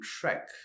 track